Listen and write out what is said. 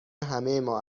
همهما